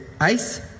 ice